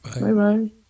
Bye-bye